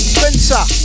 Spencer